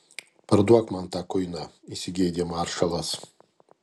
parduok man tą kuiną įsigeidė maršalas